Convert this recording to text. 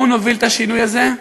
בואו נוביל את השינוי הזה.